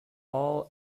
all